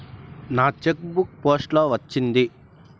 నా cheque book post లో వచ్చింది